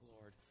Lord